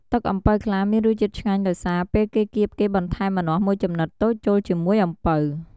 ទឹកអំពៅខ្លះមានរសជាតិឆ្ងាញ់ដោយសារ ពេលគេគៀបគេបន្ថែមម្នាស់មួយចំណិតតូចចូលជាមួយអំពៅ។